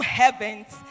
heaven's